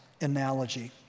analogy